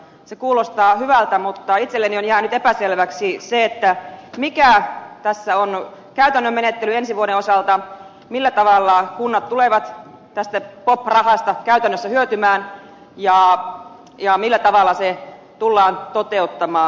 se kuulostaa hyvältä mutta itselleni on jäänyt epäselväksi se mikä tässä on käytännön menettely ensi vuoden osalta millä tavalla kunnat tulevat tästä pop rahasta käytännössä hyötymään ja millä tavalla se tullaan toteuttamaan